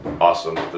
awesome